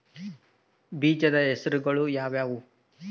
ಬೇಜದ ಹೆಸರುಗಳು ಯಾವ್ಯಾವು?